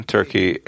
Turkey